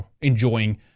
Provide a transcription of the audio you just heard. enjoying